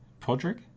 Podrick